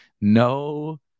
no